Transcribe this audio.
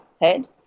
head